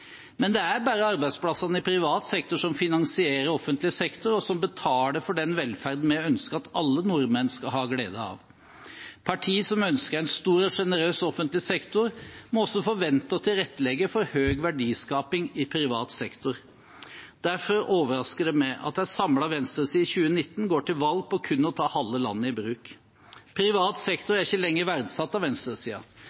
Men det er bare arbeidsplassene i privat sektor som finansierer offentlig sektor, og som betaler for den velferden vi ønsker at alle nordmenn skal ha glede av. Partier som ønsker en stor og generøs offentlig sektor, må også forvente og tilrettelegge for høy verdiskaping i privat sektor. Derfor overrasker det meg at en samlet venstreside i 2019 går til valg på kun å ta halve landet i bruk. Privat sektor